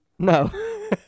No